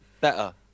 better